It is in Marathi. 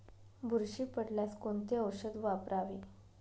बुरशी पडल्यास कोणते औषध वापरावे?